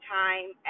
time